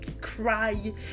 cry